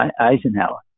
Eisenhower